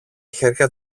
χέρια